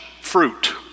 fruit